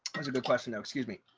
as a good question. excuse me.